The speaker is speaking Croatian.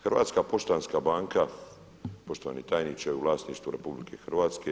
Hrvatska poštanska banka, poštovani tajniče u vlasništvu je RH.